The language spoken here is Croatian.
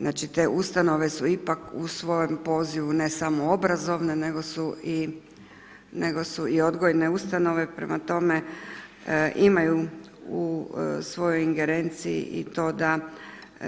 Znači te ustanove su ipak u svojem pozivu, ne samo obrazovne, nego su i odgojne ustanove, prema tome, imaju u svoj ingerenciji i to da